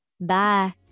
Bye